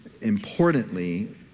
Importantly